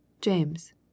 James